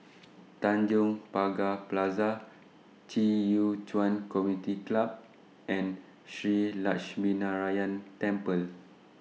Tanjong Pagar Plaza Ci Community Club and Shree Lakshminarayanan Temple